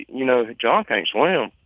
you know john can't swim.